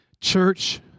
church